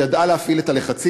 היא ידעה להפעיל את הלחצים,